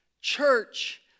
Church